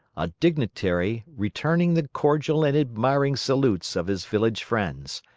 a dignitary returning the cordial and admiring salutes of his village friends.